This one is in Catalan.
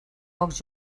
pocs